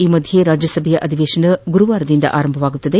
ಈ ಮಧ್ಯೆ ರಾಜ್ಯಸಭೆಯ ಅಧಿವೇಶನ ಗುರುವಾರದಿಂದ ಆರಂಭವಾಗಲಿದೆ